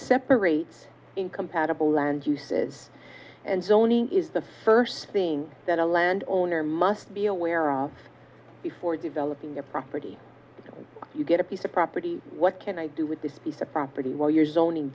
separates incompatible land uses and zoning is the first thing that a land owner must be aware of before developing a property when you get a piece of property what can i do with this piece of property while you're zoning